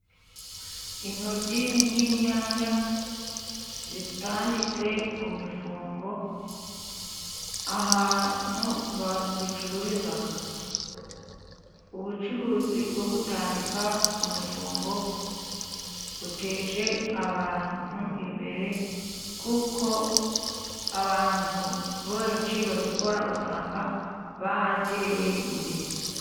Intoryi n’inyanya zitanditse ku mifungo ahantu bazicururiza. Ubucuruzi bwo gutandika ku mifungo, buteje abantu imbere. Kuko abantu benshi babikora, usanga barateye imbere.